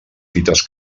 fites